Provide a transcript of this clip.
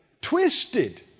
twisted